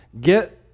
get